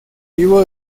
vivo